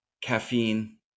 caffeine